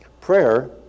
Prayer